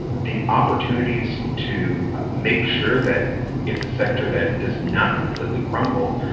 the opportunities to make sure that it's a sector that does not completely crumble,